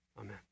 Amen